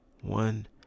One